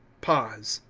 pause.